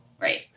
Right